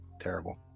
terrible